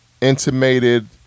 Intimated